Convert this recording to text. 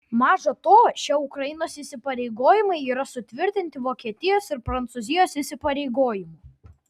maža to šie ukrainos įsipareigojimai yra sutvirtinti vokietijos ir prancūzijos įsipareigojimų